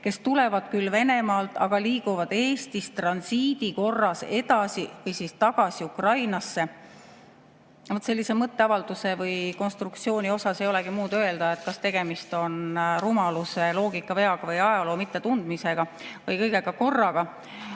kes tulevad küll Venemaalt, aga liiguvad Eestist transiidi korras edasi või tagasi Ukrainasse. Ja vaat sellise mõtteavalduse või konstruktsiooni kohta ei olegi muud öelda, kui et kas tegemist on rumaluse, loogikavea või ajaloo mittetundmisega või kõigega